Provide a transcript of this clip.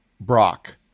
Brock